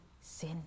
sin